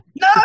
No